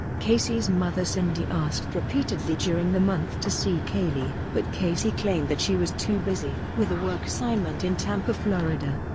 casey's mother cindy asked repeatedly during the month to see caylee, but casey claimed that she was too busy with a work assignment in tampa, florida.